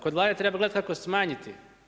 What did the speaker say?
Kod Vlade treba gledati kako smanjiti.